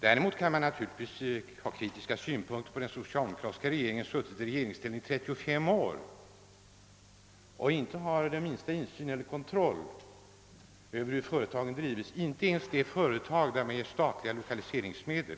Däremot kan man naturligtvis ha kritiska synpunkter på det socialdemokratiska partiet, som suttit i regeringsställning i 35 år, utan att ha skaffat sig den minsta insyn i eller kontroll över före tagen, inte ens över de företag till vilka det ges statliga lokaliseringsmedel.